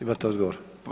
Imate odgovor.